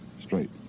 straight